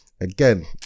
again